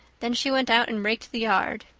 then she went out and raked the yard.